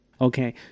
Okay